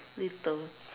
little